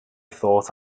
thought